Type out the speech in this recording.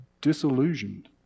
Disillusioned